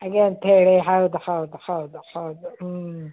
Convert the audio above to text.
ಆಗ್ಯಾವೆ ಅಂತೇಳಿ ಹೌದು ಹೌದು ಹೌದು ಹೌದು ಹ್ಞೂ